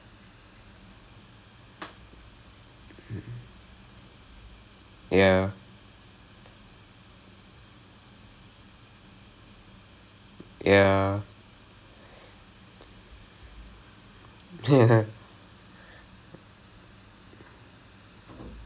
oh shit oh shit oh shit like you will want to do something with confidence right like you want to just do the job you weren't you don't want to be like worried about !aiyo! ஒழுங்கா பண்றேனா:olunga pandrenaa or like are they am I doing this unprofessionally is this the right way I don't want to be worried about all these kind of stuff so அதான்:athaan so